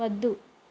వద్దు